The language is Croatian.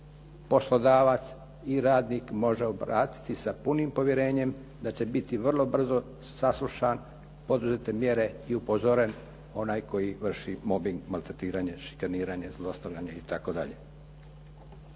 poslodavac i radnik može obratiti sa punim povjerenjem da će biti vrlo brzo saslušan, poduzete mjere i upozoren onaj koji vrši mobing, maltretiranje, šikaniranje, zlostavljanje i